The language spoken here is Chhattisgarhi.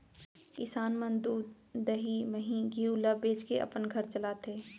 किसान मन दूद, दही, मही, घींव ल बेचके अपन घर चलाथें